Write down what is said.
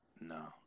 No